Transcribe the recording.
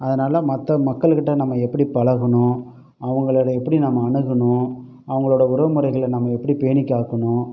அதனால் மற்ற மக்கள்கிட்டே நம்ம எப்படி பழகணும் அவங்களோடு எப்படி நம்ம அணுகணும் அவர்களோட உறவுமுறைகளை நம்ம எப்படி பேணிக்காக்கணும்